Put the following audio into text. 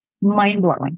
Mind-blowing